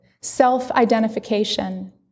self-identification